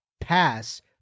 pass